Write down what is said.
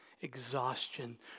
exhaustion